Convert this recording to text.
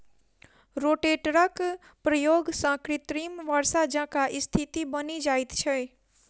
रोटेटरक प्रयोग सॅ कृत्रिम वर्षा जकाँ स्थिति बनि जाइत छै